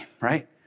Right